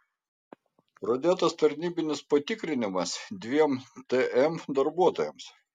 pradėtas tarnybinis patikrinimas dviem tm darbuotojams